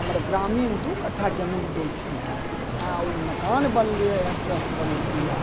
हमर ग्रामीण दू कट्ठा जमीन देलथिन हँ आ ओहिमे मकान बनलै ट्रस्ट बनेलकै हँ